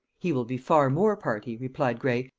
he will be far more party, replied gray,